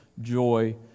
joy